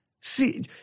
See